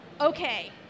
okay